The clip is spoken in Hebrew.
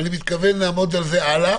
אני מתכוון לעמוד על זה הלאה.